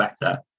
better